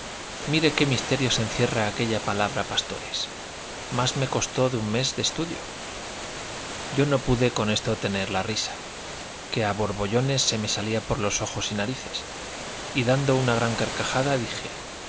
mire qué misterios encierra aquella palabra pastores más me costó de un mes de estudio yo no pude con esto tener la risa que a borbollones se me salía por los ojos y narices y dando una gran carcajada dije